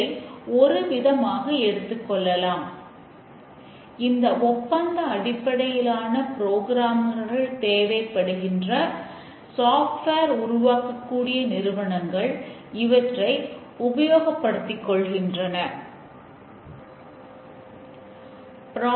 மிகவும் அனுபவம் வாய்ந்த ப்ரோக்ராமர்கள் ஏற்படக்கூடியவை என்பது தோராயமான மதிப்பு